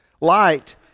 light